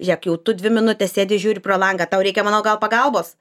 žiūrėk jau tu dvi minutes sėdi žiūri pro langą tau reikia mano gal pagalbos